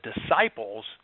disciples